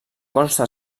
consta